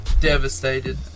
devastated